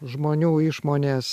žmonių išmonės